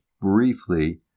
briefly